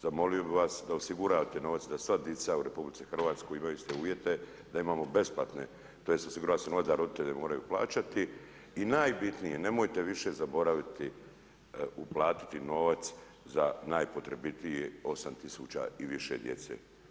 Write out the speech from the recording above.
Zamolio bi vas da osigurate novac i da sva dica u RH imaju iste uvjete, da imamo besplatne tj. osigurat se novac da roditelji ne moraju plaćati i najbitnije nemojte više zaboraviti uplatiti novac za najpotrebitije osam tisuća i više djece.